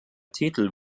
titel